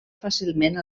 fàcilment